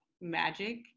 magic